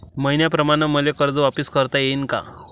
मईन्याप्रमाणं मले कर्ज वापिस करता येईन का?